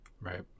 Right